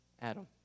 Adam